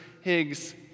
Higgs